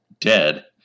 dead